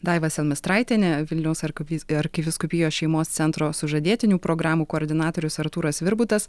daiva selmistraitienė vilniaus arkivys arkivyskupijos šeimos centro sužadėtinių programų koordinatorius artūras svirbutas